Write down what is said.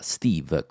Steve